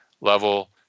level